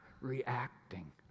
reacting